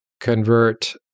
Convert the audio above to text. convert